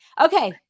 Okay